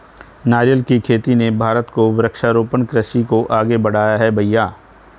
नारियल की खेती ने भारत को वृक्षारोपण कृषि को आगे बढ़ाया है भईया